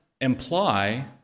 imply